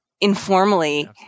informally